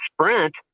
Sprint